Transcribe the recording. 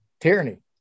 tyranny